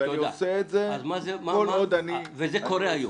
ואני עושה את זה כל עוד אני --- וזה קורה היום.